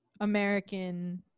American